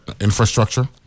infrastructure